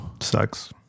sucks